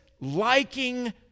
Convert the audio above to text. liking